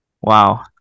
Wow